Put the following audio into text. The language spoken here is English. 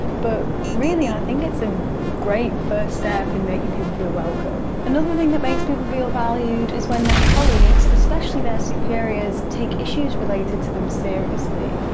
but really i think it's a great first step in making people feel welcome. another thing that makes people feel valued is when their colleagues, especially their superiors, take issues related to them seriously.